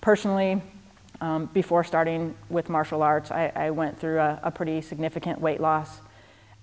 personally before starting with martial arts i went through a pretty significant weight loss